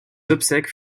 obsèques